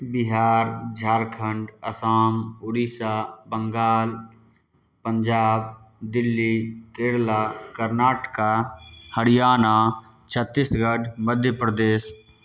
Bihar Jharkhand Assam Orissa Bengal Punjab Delhi Kerala Karnataka Haryana Chhattisgarh Madhya Pradesh